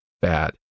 bad